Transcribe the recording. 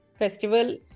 festival